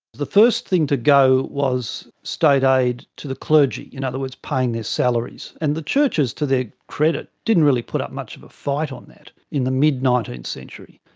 the first thing to go was state aid to the clergy, in other words paying their salaries. and the churches, to their credit, didn't really put up much of a fight on that in the mid nineteenth century.